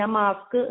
mask